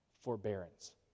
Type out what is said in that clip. forbearance